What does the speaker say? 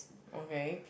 okay